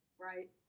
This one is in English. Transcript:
right